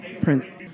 Prince